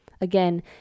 Again